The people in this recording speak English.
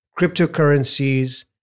cryptocurrencies